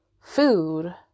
food